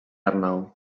arnau